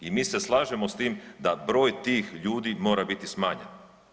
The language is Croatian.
I mi se slažemo s tim da broj tih ljudi mora biti smanjen.